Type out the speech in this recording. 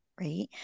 Right